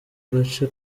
gace